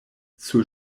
sur